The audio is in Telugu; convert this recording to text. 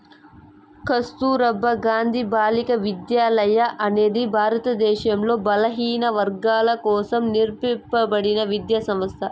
కస్తుర్బా గాంధీ బాలికా విద్యాలయ అనేది భారతదేశంలో బలహీనవర్గాల కోసం నిర్మింపబడిన విద్యా సంస్థ